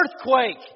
earthquake